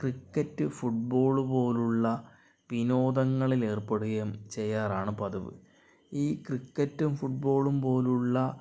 cricket football പോലുള്ള വിനോദങ്ങളില് ഏർപ്പെടുകയും ചെയ്യാറാണ് പതിവ് ഈ ക്രിക്കറ്റും ഫുട്ബോളും പോലുള്ള